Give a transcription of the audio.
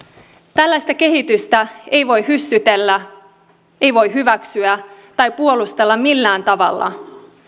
tällaista kehitystä ei voi hyssytellä ei voi hyväksyä tai puolustella millään tavalla